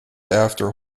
after